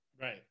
Right